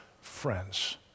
friends